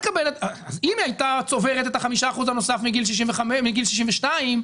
אם היא הייתה צוברת את החמישה אחוזים הנוספים מגיל 62,